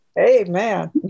amen